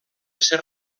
ser